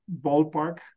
ballpark